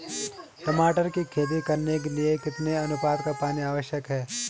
टमाटर की खेती करने के लिए कितने अनुपात का पानी आवश्यक है?